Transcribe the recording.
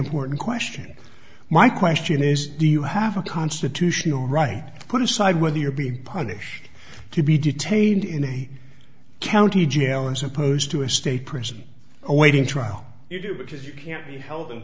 important question my question is do you have a constitutional right to put aside whether you're being punished to be detained in a county jail and supposed to a state prison awaiting trial you do because you can't be held in